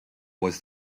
was